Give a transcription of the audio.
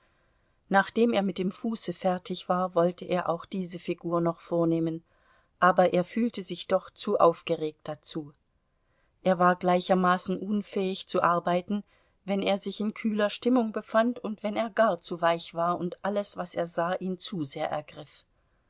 nachdem er mit dem fuße fertig war wollte er auch diese figur noch vornehmen aber er fühlte sich doch zu aufgeregt dazu er war gleichermaßen unfähig zu arbeiten wenn er sich in kühler stimmung befand und wenn er gar zu weich war und alles was er sah ihn zu sehr ergriff